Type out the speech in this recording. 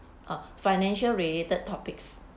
uh financial related topics